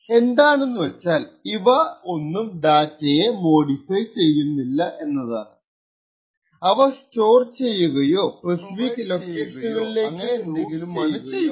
എന്താണെന്ന് വച്ചാൽ ഇവ ഒന്നും ഡാറ്റയെ മോഡിഫൈ ചെയ്യില്ലഅവ സ്റ്റോർ ചെയ്യുകയോസ്പെസിഫിക് ലൊക്കേഷനുകളിലേക്ക് റൂട്ട് ചെയ്യുകയോ ലുക്ക് അപ്പ് പ്രൊവൈഡ് ചെയ്യുകയോ അങ്ങനെ എന്തെങ്കിലുമാണ് ചെയ്യുക